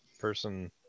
person